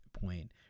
point